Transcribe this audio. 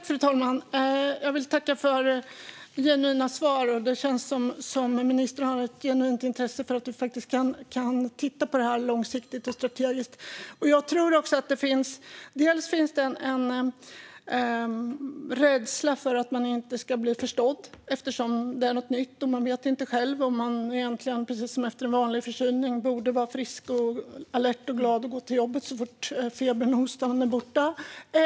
Fru talman! Jag vill tacka för genuina svar. Det känns som att ministern har ett genuint intresse för att vi kan titta på detta långsiktigt och strategiskt. Jag tror att det finns en rädsla för att man inte ska bli förstådd eftersom det är något nytt och man själv inte vet om man, precis som efter en vanlig förkylning, borde vara frisk, alert och glad och gå till jobbet så fort febern och hostan är borta.